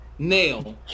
nail